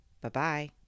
Bye-bye